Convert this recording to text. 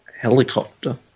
Helicopter